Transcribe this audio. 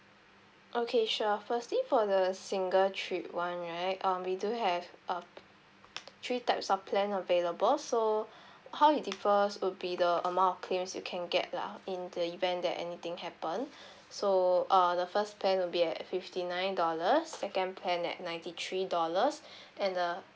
okay sure firstly for the single trip one right um we do have uh three types of plan available so how it differs would be the amount of claims you can get lah in the event that anything happen so uh the first plan would be at fifty nine dollars second plan at ninety three dollars and a